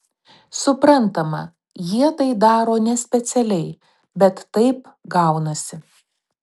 suprantama jie tai daro nespecialiai bet taip gaunasi